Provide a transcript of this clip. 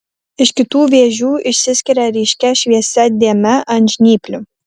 iš kitų vėžių išsiskiria ryškia šviesia dėme ant žnyplių